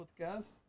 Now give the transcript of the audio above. podcast